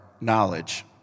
knowledge